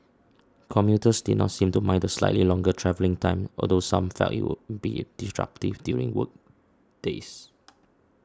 commuters did not seem to mind the slightly longer travelling time although some felt it would be disruptive during workdays